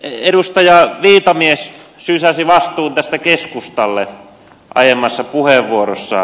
edustaja viitamies sysäsi vastuun tästä keskustalle aiemmassa puheenvuorossaan